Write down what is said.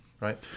right